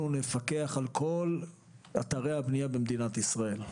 נפקח על כל אתרי הבנייה במדינת ישראל.